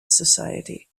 society